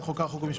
הכנסת (תיקוני חקיקה והוראת שעה),